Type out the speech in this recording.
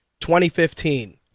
2015